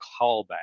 callback